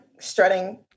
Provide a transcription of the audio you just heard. strutting